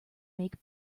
make